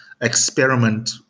experiment